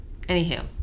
anywho